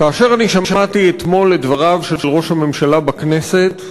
כאשר שמעתי אתמול את דבריו של ראש הממשלה בכנסת,